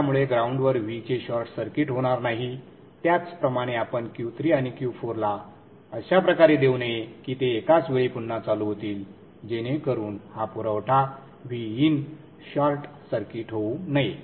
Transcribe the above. त्यामुळे ग्राऊंडवर V चे शॉर्ट सर्किट होणार नाही त्याचप्रमाणे आपण Q3 आणि Q4 ला अशा प्रकारे देऊ नये की ते एकाच वेळी पुन्हा चालू होतील जेणेकरून हा पुरवठा Vin शॉर्ट सर्किट होऊ नये